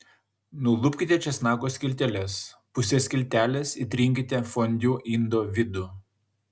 nulupkite česnako skilteles puse skiltelės įtrinkite fondiu indo vidų